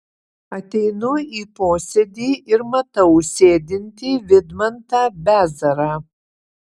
ateinu į posėdį ir matau sėdintį vidmantą bezarą